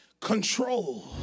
control